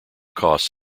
costs